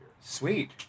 Sweet